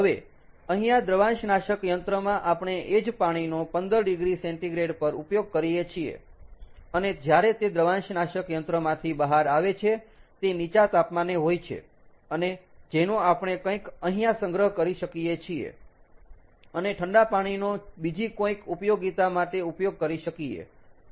હવે અહીંયા દ્રવાંશનાશક યંત્રમાં આપણે એ જ પાણીનો 15oC પર ઉપયોગ કરીએ છીએ અને જ્યારે તે દ્રવાંશનાશક યંત્રમાંથી બહાર આવે છે તે નીચા તાપમાને હોય છે અને જેનો આપણે કંઈક અહીંયા સંગ્રહ કરી શકીયે છીએ અને ઠંડા પાણીનો બીજી કોઈક ઉપયોગિતા માટે ઉપયોગ કરી શકીયે